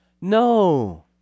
No